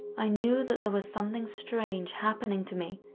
i knew that there was something strange happening to me,